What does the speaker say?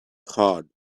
hard